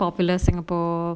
popular singapore